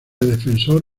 defensor